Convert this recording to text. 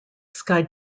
sky